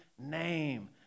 name